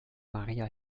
maria